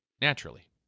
naturally